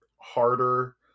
harder